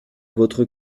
votre